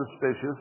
suspicious